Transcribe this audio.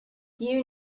you